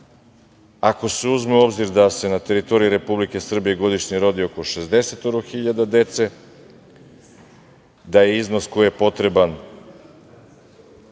ako se uzme u obzir da se na teritoriji Republike Srbije godišnje rodi oko 60.000 dece, da je iznos koji je potreban